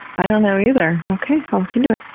i don't know either. okay, i'll look into it.